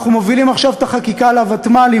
אנחנו מובילים עכשיו את החקיקה על הוותמ"לים